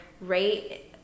rate